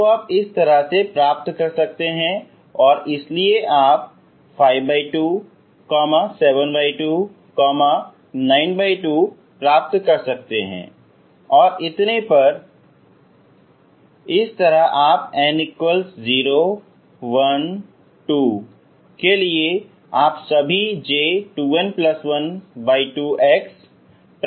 तो आप इस तरह से प्राप्त कर सकते हैं और इसलिए आप 527292 प्राप्त कर सकते हैं और इतने पर तो इस तरह आप हर n 0 1 2 के लिए आप सभी J2n12 x प्राप्त कर सकते हैं